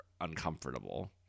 uncomfortable